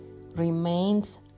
remains